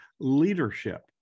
leadership